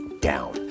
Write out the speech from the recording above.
down